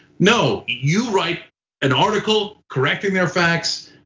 no, you write an article correcting their facts.